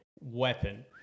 Weapon